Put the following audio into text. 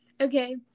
okay